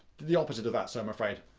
the opposite of that, sir, i'm afraid.